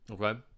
Okay